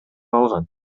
алган